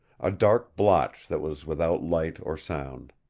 a dark blotch that was without light or sound.